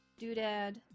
doodad